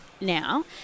now